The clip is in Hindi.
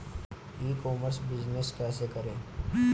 ई कॉमर्स बिजनेस कैसे करें?